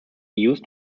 used